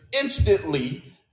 instantly